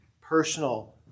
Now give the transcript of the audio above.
personal